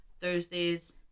Thursdays